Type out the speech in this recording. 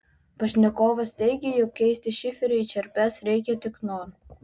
pašnekovas teigia jog keisti šiferio į čerpes reikia tik noro